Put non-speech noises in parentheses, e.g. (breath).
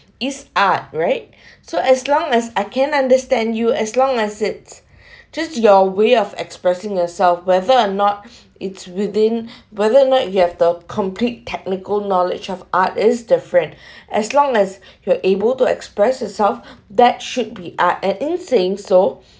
is art right (breath) so as long as I can understand you as long as it's (breath) just your way of expressing yourself whether or not (breath) it's within whether or not you have the complete technical knowledge of art is different (breath) as long as you are able to express itself that should be art at insing so (breath)